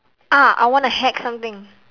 ah I want to hack something